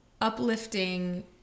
uplifting